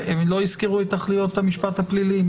הם לא יזכרו את תכליות המשפט הפלילי?